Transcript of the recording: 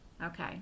Okay